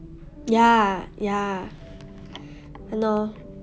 ya ya !hannor!